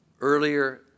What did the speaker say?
earlier